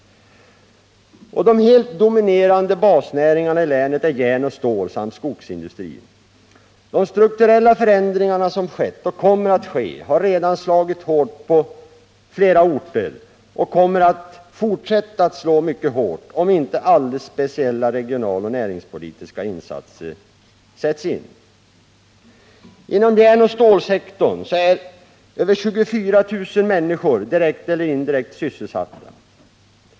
De helt dominerande basnäringarna i länet är järnoch stålindustri samt skogsindustri. De strukturella förändringar som skett har redan slagit hårt på flera orter. De förändringar som kommer att ske kommer också att slå mycket hårt, om inte alldeles speciella regionaloch näringspolitiska insatser sätts in. Inom järnoch stålsektorn är över 24 000 människor direkt eller indirekt sysselsatta.